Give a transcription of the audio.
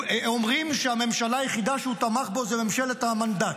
אומרים שהממשלה היחידה שהוא תמך בה זו ממשלת המנדט,